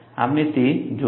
આપણે તે જોઈશું